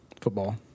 football